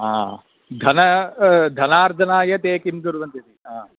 हा धन धनार्जनाय ते किं कुर्वन्ति इति हा